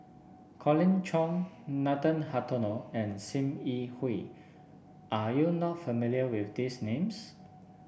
Colin Cheong Nathan Hartono and Sim Yi Hui are you not familiar with these names